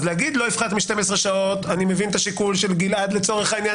לומר: לא יפחת מ-12 שעות אני מבין את השיקול של גלעד שאומר: